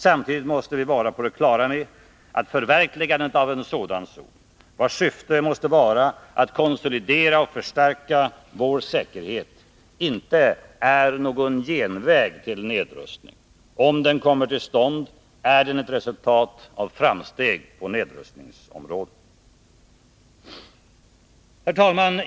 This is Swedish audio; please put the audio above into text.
Samtidigt måste vi vara på det klara med att förverkligandet av en sådan zon, vars syfte måste vara att konsolidera och förstärka vår säkerhet, inte är någon genväg till nedrustning. Om den kommer till stånd, är den ett resultat av framsteg på nedrustningsområdet. Herr talman!